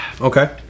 Okay